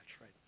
right